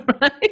Right